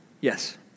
Yes